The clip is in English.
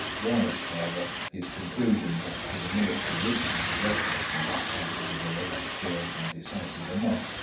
whilst, however, his conclusions as to the military weakness of russia in that part of the world are clear and decisive enough,